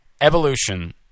Evolution